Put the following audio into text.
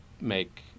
make